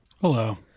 Hello